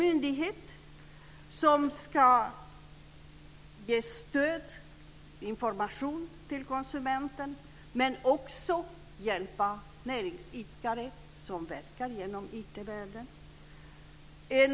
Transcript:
Myndigheten ska ge stöd och information till konsumenten men också hjälpa näringsidkare som verkar inom IT-världen.